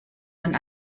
man